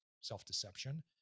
self-deception